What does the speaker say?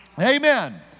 Amen